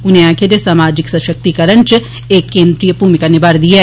उनें आक्खेआ जे समाजिक सशक्तिकरण च एह् केन्द्री भूमिका निभा'रदी ऐ